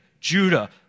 Judah